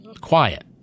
quiet